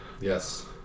Yes